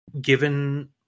given